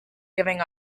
giving